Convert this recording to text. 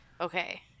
okay